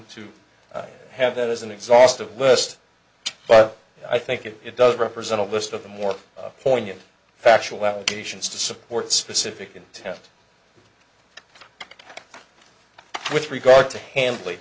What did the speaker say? to have that as an exhaustive list but i think it does represent a list of the more poignant factual allegations to support specific intent with regard to handl